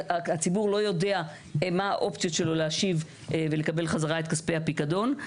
הציבור לא יודע מה האופציות שלו להשיב ולקבל חזרה את כספי הפיקדון.